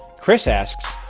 chris asks,